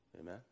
Amen